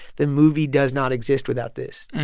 the movie does not exist without this.